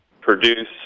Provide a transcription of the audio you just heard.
produce